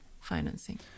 financing